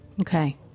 Okay